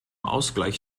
ausgleich